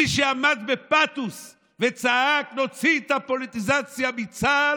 מי שעמד בפתוס וצעק: נוציא את הפוליטיזציה מצה"ל,